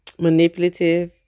manipulative